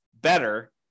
better